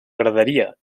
graderia